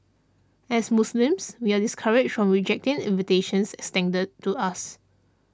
as Muslims we are discouraged from rejecting invitations extended to us